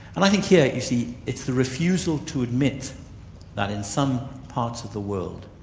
and i think here you see, it's the refusal to admit that in some parts of the world,